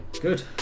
Good